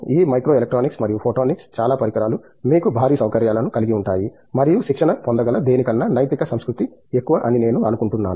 ఈ micro electronics మరియు photonics చాలా పరికరాలు మీకు భారీ సౌకర్యాలను కలిగి ఉంటాయి మరియు శిక్షణ పొందగల దేనికన్నా నైతిక సంస్కృతి ఎక్కువ అని నేను అనుకుంటున్నాను